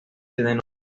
denomina